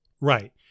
Right